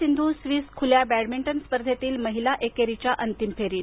Sindhu Swiss खूल्या badminton स्पर्धेतील महिला एकेरीच्या अंतिम फेरीत